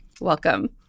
Welcome